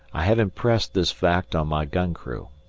i have impressed this fact on my gun crew,